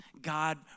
God